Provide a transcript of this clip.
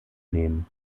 nehmen